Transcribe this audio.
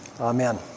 Amen